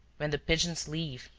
when the pigeons leave,